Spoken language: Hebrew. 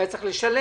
שהיה צריך לשלם,